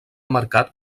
marcat